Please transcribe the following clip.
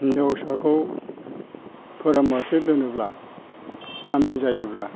हिनजावसाखौ फोरोङा लासे दोनोब्ला जामबि जायोब्ला